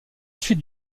suite